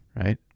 right